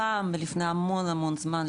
פעם לפני המון המון זמן,